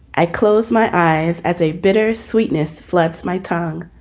i close my eyes as a bitter sweetness, flubs my tongue.